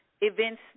events